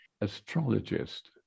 astrologist